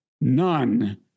none